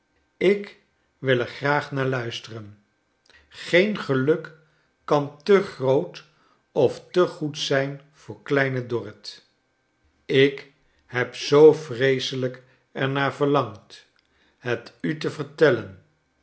ik wil er graag naar luisteren charles dickens geen geluk kan te groot of te goed zrjn voor kleine dorrit ik heb zoo vreeselijk er naar verlangd het u te vertellen